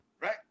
Right